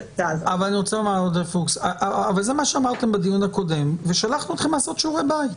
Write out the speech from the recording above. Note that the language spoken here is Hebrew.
זה מה שאמרתם בדיון הקודם ושלחנו אתכם לעשות שיעורי בית.